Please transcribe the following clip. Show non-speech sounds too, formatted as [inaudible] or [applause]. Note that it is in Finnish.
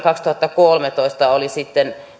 [unintelligible] kaksituhattakolmetoista oli sitten